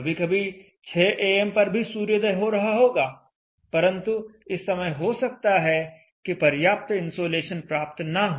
कभी कभी 600 एएमam पर भी सूर्योदय हो रहा होगा परंतु इस समय हो सकता है कि पर्याप्त इन्सोलेशन प्राप्त ना हो